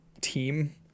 team